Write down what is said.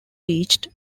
reached